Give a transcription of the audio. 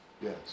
Yes